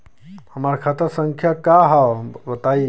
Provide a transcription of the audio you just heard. हमार खाता संख्या का हव बताई?